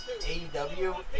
AEW